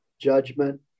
judgment